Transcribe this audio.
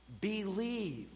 believe